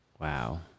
Wow